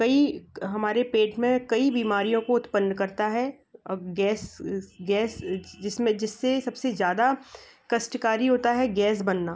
कई हमारे पेट में कई बीमारियों को उत्पन्न करता है अब गैस गैस जिसमे जिससे सबसे ज़्यादा कष्टकारी होता है गैस बनना